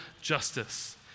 justice